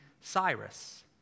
Cyrus